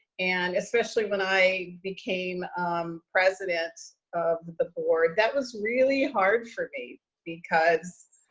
and especially when i became president of the board, that was really hard for me because